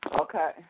Okay